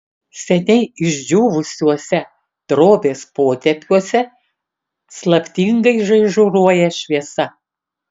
seniai išdžiūvusiuose drobės potėpiuose slaptingai žaižaruoja šviesa